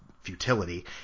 futility